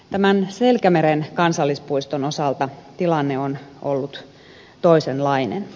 tämän selkämeren kansallispuiston osalta tilanne on ollut toisenlainen